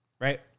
Right